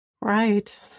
Right